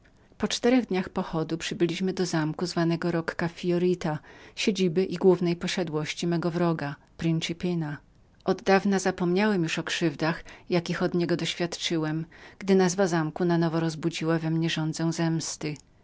po czterech dniach pochodu przybyliśmy do zamku nazwanego rocca fiorita siedliska i głównej posiadłości mego wroga principina oddawna zapomniałem już o krzywdach jakiem od niego doświadczył gdy usłyszane nazwisko na nowo rozbudziło we mnie całą zemstę